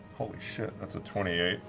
holy shit, that's a twenty eight.